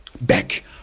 back